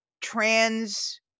trans